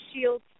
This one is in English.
shield